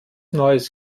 neues